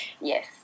yes